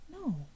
No